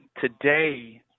today